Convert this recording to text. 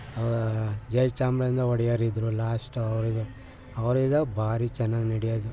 ಜಯ ಚಾಮರಾಜ ಒಡೆಯರಿದ್ದರು ಲಾಸ್ಟ್ ಅವರಿಗು ಅವ್ರಿದ್ದಾಗ ಭಾರಿ ಚೆನ್ನಾಗಿ ನಡೆಯೋದು